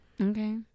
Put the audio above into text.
Okay